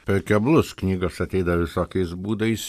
per keblus knygos ateina visokiais būdais